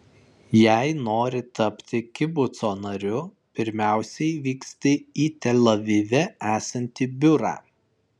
jei nori tapti kibuco nariu pirmiausiai vyksti į tel avive esantį biurą